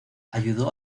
ayudó